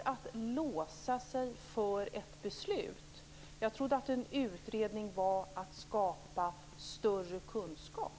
Jag trodde att en utredning var till för att skapa större kunskap.